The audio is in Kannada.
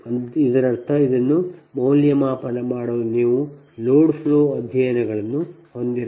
ಇದರರ್ಥ ಇದನ್ನು ಮೌಲ್ಯಮಾಪನ ಮಾಡಲು ನೀವು ಲೋಡ್ ಫ್ಲೋ ಅಧ್ಯಯನಗಳನ್ನು ಹೊಂದಿರಬೇಕು